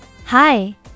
Hi